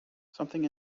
something